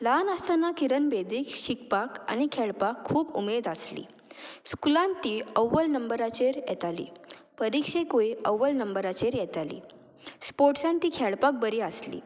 ल्हान आसतना किरण बेदीक शिकपाक आनी खेळपाक खूब उमेद आसली स्कुलान ती अव्वल नंबराचेर येताली परिक्षेकूय अव्वल नंबराचेर येताली स्पोर्ट्सान ती खेळपाक बरी आसली